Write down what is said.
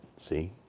see